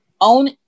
own